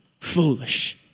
Foolish